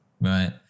right